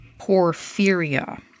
porphyria